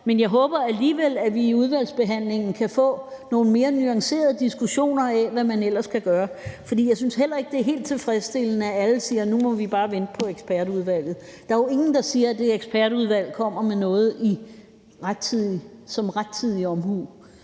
Men jeg håber alligevel, at vi i udvalgsbehandlingen kan få nogle mere nuancerede diskussioner af, hvad man ellers kan gøre. For jeg synes heller ikke, det er helt tilfredsstillende, at alle siger, at nu må vi bare vente på ekspertudvalget. Der er jo ingen, der siger, at det ekspertudvalg kommer med noget, som er rettidig omhu,